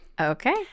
Okay